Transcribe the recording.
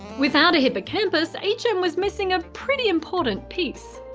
without a hippocampus, h m. was missing a pretty important piece.